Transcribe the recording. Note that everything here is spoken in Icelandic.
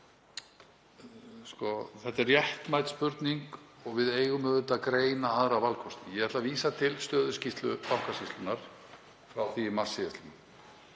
það er réttmæt spurning og við eigum auðvitað að greina aðra valkosti. Ég ætla að vísa til stöðuskýrslu Bankasýslunnar frá því í mars sl.